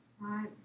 Right